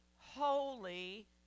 holy